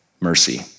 mercy